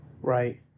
Right